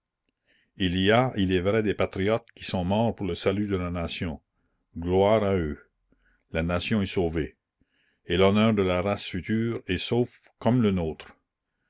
il y a il est vrai des patriotes qui sont morts pour le salut de la nation gloire à eux la nation est sauvée et l'honneur de la race future est sauf comme le nôtre